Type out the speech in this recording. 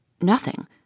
Nothing